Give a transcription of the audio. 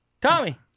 Tommy